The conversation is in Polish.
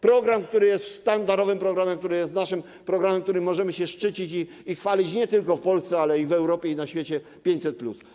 Program, który jest sztandarowym programem, naszym programem, którym możemy się szczycić i chwalić nie tylko w Polsce, ale i w Europie i na świecie - 500+.